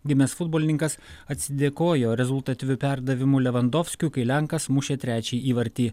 gimęs futbolininkas atsidėkojo rezultatyviu perdavimu levandofskiui kai lenkas mušė trečią įvartį